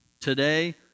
today